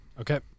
Okay